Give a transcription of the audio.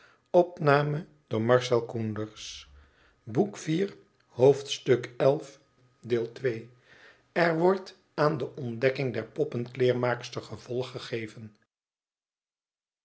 er wordt aan de ontdekking der poppenklebrmaakster gevolg gegeven